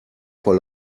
vor